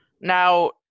Now